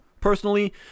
personally